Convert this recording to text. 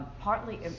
partly